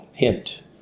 Hint